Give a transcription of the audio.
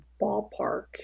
ballpark